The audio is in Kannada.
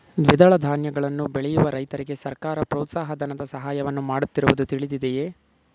ದ್ವಿದಳ ಧಾನ್ಯಗಳನ್ನು ಬೆಳೆಯುವ ರೈತರಿಗೆ ಸರ್ಕಾರ ಪ್ರೋತ್ಸಾಹ ಧನದ ಸಹಾಯವನ್ನು ಮಾಡುತ್ತಿರುವುದು ತಿಳಿದಿದೆಯೇ?